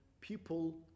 people